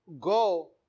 go